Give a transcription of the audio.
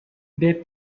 they